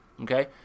Okay